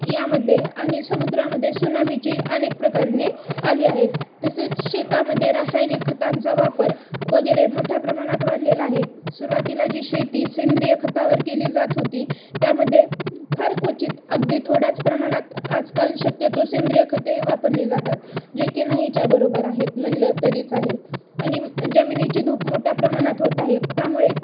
यामध्ये आणि समुद्रामध्ये सुनामीची अनेक प्रकारणे आली आहेत तसेच शेतामध्ये रासायनिक खतांचा वापर वगैरे मोठ्या प्रमाणात वाढलेला आहे सुरवातीला जी शेती सेंद्रिय खतावर केली जात होती त्यामध्ये फार क्वचित अगदी थोड्याच प्रमाणात आजकाल शक्यतो सेंद्रिय खते वापरली जातात जे की नाहीच्या बरोबर आहेत म्हणलं तरी चालेल आणि जमिनीची धूप मोठ्या प्रमाणात होत आहे त्यामुळे